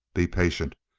be patient.